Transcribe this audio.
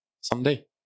someday